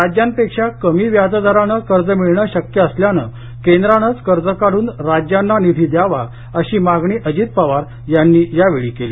राज्यांपेक्षा कमी व्याजदरानं कर्ज मिळणं शक्य असल्यानं केंद्रानंच कर्ज काढून राज्यांना निधी द्यावा अशी मागणी अजित पवार यांनी यावेळी केली